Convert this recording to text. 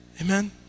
Amen